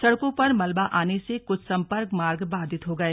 सड़कों पर मलबा आने से कुछ संपर्क मार्ग बाधित हो गए